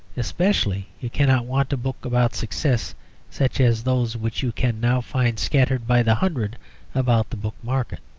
especially you cannot want a book about success such as those which you can now find scattered by the hundred about the book-market.